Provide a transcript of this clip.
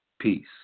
Peace